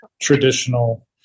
traditional